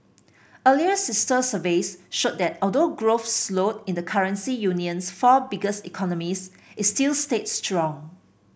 earlier sister surveys showed that although growth slowed in the currency union's four biggest economies it still stayed strong